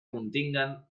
continguen